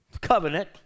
covenant